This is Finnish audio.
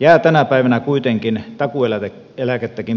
jää tänä päivänä kuitenkin takuueläkettäkin pienemmäksi